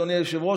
אדוני היושב-ראש,